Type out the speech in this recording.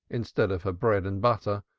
instead of her bread and butter,